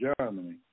Germany